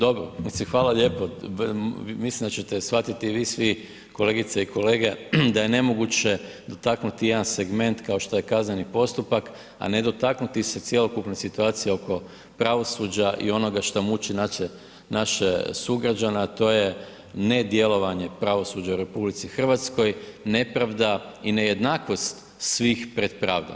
Dobro, mislim hvala lijepo, mislim da ćete shvatiti i vi svi kolegice i kolege da je nemoguće dotaknuti jedan segment kao što je kazneni postupak, a ne dotaknuti se cjelokupne situacije oko pravosuđa i onoga šta muči naše sugrađane, a to je nedjelovanje pravosuđa u RH, nepravda i nejednakost svih pred pravdom.